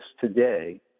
today